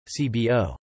CBO